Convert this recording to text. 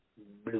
Blue